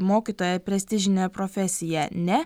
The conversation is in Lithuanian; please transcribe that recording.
mokytojai prestižinė profesija ne